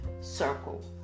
circle